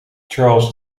charles